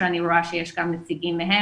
ואני רואה שיש גם נציגים שלהם,